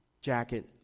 jacket